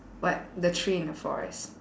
what the tree in the forest